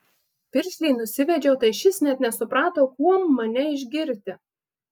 piršlį nusivedžiau tai šis net nesuprato kuom mane išgirti